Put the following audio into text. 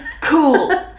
cool